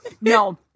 No